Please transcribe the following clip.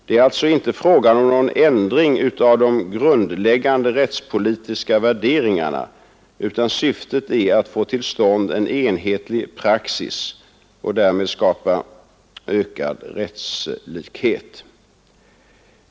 Det är alltså här inte fråga om någon ändring av de grundläggande rättspolitiska värderingarna, utan syftet är att få till stånd en enhetlig praxis och därmed skapa ökad rättslikhet.